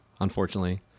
unfortunately